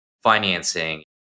financing